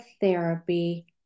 therapy